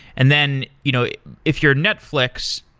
and then, you know if you're netflix,